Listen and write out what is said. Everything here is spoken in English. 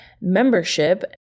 membership